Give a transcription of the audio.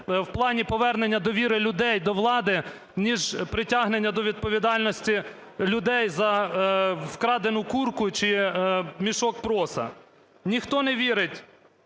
в плані повернення довіри людей до влади ніж притягнення до відповідальності людей за вкрадену курку чи мішок проса. Ніхто не вірить,